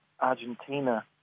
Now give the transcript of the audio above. Argentina